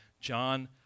John